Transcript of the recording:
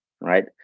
right